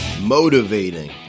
Motivating